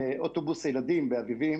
אוטובוס ילדים באביבים